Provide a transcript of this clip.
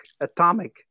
atomic